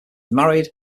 married